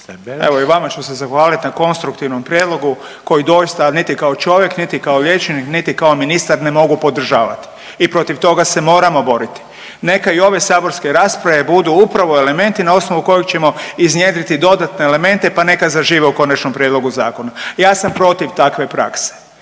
Evo i vama ću se zahvalit na konstruktivnom prijedlogu koji doista niti kao čovjek, niti kao liječnik, niti kao ministar ne mogu podržavati i protiv toga se moramo boriti. Neka i ove saborske rasprave budu upravo elementi na osnovu kojih ćemo iznjedriti dodatne elemente, pa neka zažive u Konačnom prijedlogu zakona. Ja sam protiv takve prakse